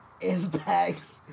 impacts